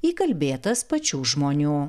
įkalbėtas pačių žmonių